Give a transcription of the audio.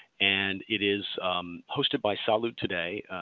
and it is hosted by salud today,